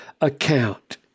account